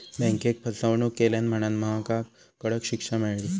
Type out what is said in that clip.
बँकेक फसवणूक केल्यान म्हणांन महकाक कडक शिक्षा मेळली